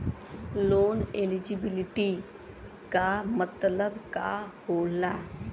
Loan eligibility का मतलब का होला?